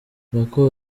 boko